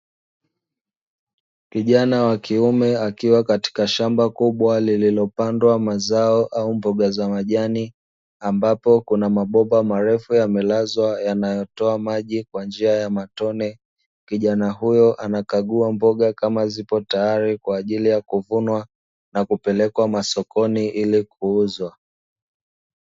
Kijana wa kiume akiwa katika shamba kubwa lililo pandwa mazao au mboga za majani, ambapo kuna mabomba marefu yamelazwa yanayotoa maji kwa njia ya matone. Kijana huyo anakagua mboga kama zipo tayari, kwa ajili ya kuvunwa na kupelekwa masokoni ili kuuzwa.